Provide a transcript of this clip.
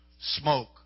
smoke